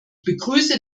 begrüße